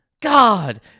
God